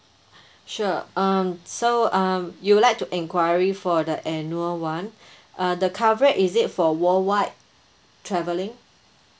sure um so um you would like to enquiry for the annual one uh the coverage is it for worldwide travelling